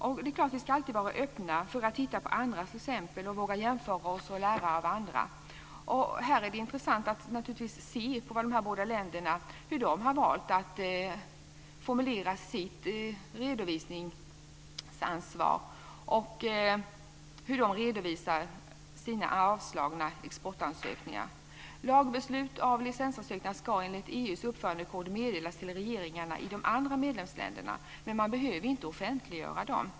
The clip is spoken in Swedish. Det är klart att vi alltid ska vara öppna för att titta på andras exempel och våga jämföra oss och lära av andra. Här är det naturligtvis intressant att se på hur de båda länderna har valt att formulera sitt redovisningsansvar och hur de redovisar sina avslagna exportansökningar. Lagbeslut när det gäller licensansökningar ska enligt EU:s uppförandekod meddelas till regeringarna i de andra medlemsländerna, men man behöver inte offentliggöra dem.